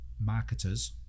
marketers